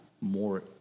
more